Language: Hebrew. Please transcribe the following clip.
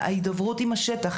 ההידברות עם השטח,